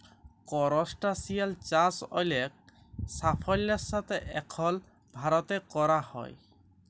করসটাশিয়াল চাষ অলেক সাফল্যের সাথে এখল ভারতে ক্যরা হ্যয়